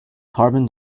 carbon